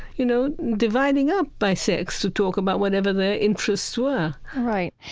you know, dividing up by sex to talk about whatever their interests were right.